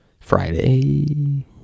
Friday